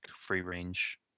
free-range